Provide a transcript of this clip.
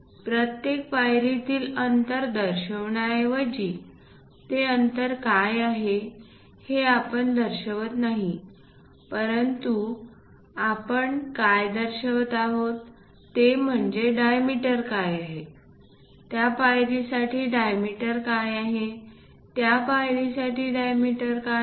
प्रत्येक पायरीतील अंतर दर्शविण्याऐवजी ते अंतर काय आहे हे आपण दर्शवत नाही परंतु आपण काय दर्शवित आहोत ते म्हणजे डायमिटर काय आहे त्या पायरीसाठी डायमिटर काय आहे त्या पायरीसाठी डायमिटर काय आहे